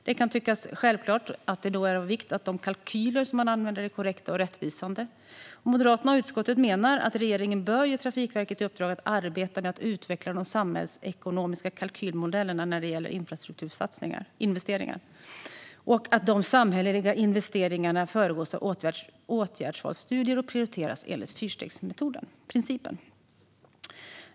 Det kan tyckas självklart att det då är av vikt att de kalkyler som man använder är korrekta och rättvisande. Moderaterna och utskottet menar att regeringen bör ge Trafikverket i uppdrag att arbeta med att utveckla de samhällsekonomiska kalkylmodellerna när det gäller infrastrukturinvesteringar och att de samhälleliga investeringarna föregås av åtgärdsvalsstudier och prioriteras enligt fyrstegsprincipen.